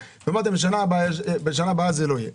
ואמרתם: שנה הבאה זה לא יהיה,